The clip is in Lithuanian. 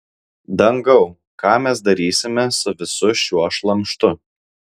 dangau ką mes darysime su visu šiuo šlamštu